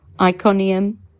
Iconium